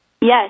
Yes